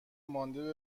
مانده